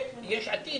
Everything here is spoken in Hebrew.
ויש עתיד,